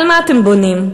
על מה אתם בונים?